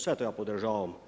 Sve to ja podržavam.